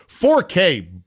4K